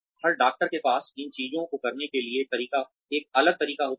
हर doctor के पास इन चीजों को करने का एक अलग तरीका होता है